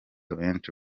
benshi